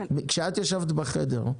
כשאת ישבת בחדר,